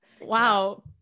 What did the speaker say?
Wow